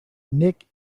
nick